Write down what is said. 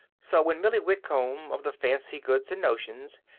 so when millie whitcomb, of the fancy goods and notions,